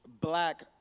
black